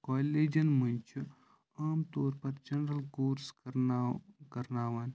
کالجَن منٛز چھِ عام طور پَر جَنرَل کورس کر نا کَرناوان